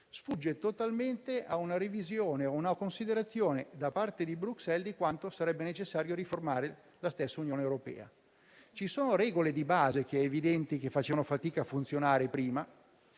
sfugge totalmente a una revisione o a una considerazione da parte di Bruxelles di quanto sarebbe necessario riformare la stessa Unione europea. Ci sono regole di base che è evidente che facevano fatica a funzionare prima